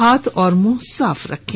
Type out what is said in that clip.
हाथ और मुंह साफ रखें